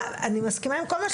אני מסכימה עם כל מה שנאמר,